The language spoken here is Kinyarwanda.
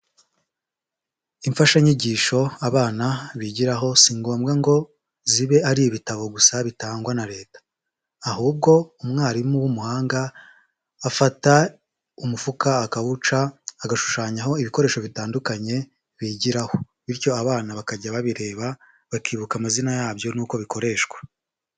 Imfashanyigisho abana bigiraho si ngombwa ngo zibe ari ibitabo gusa bitangwa na Leta. Ahubwo umwarimu w'umuhanga afata umufuka akawuca agashushanyaho ibikoresho bitandukanye bigiraho bityo abana bakajya babireba bakibuka amazina yabyo nuko bikoreshwa.